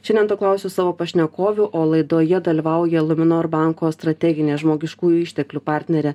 šiandien to klausiu savo pašnekovių o laidoje dalyvauja luminor banko strateginė žmogiškųjų išteklių partnerė